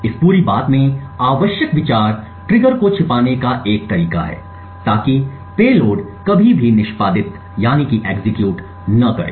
इस पूरी बात में आवश्यक विचार ट्रिगर को छिपाने का एक तरीका है ताकि पेलोड कभी भी निष्पादित न करें